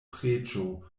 preĝo